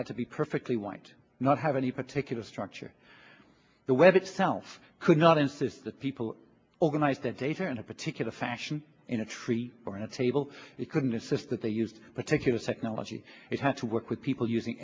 to be perfectly white not have any particular structure the web itself could not insist that people organize their data in a particular fashion in a tree or in a table it couldn't assist that they used particular technology it had to work with people using